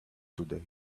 today